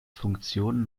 funktion